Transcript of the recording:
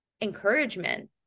encouragement